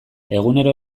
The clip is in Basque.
egunero